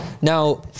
now